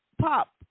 Pop